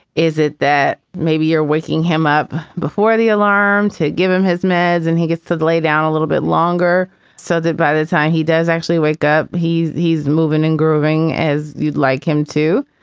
is it that maybe you're waking him up before the alarm to give him his meds and he gets to lay down a little bit longer so that by the time he does actually wake up, he's he's moving and grooving, as you'd like him to.